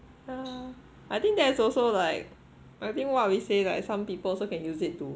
yeah I think that is also like I think what we say like some people also can use it to